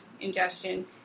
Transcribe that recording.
ingestion